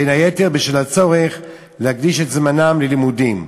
בין היתר בשל הצורך להקדיש את זמנם ללימודים.